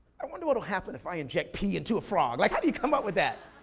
i wonder what'll happen if i inject pee into a frog. like how do you come up with that?